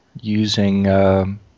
using –